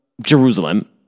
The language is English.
Jerusalem